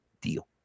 deal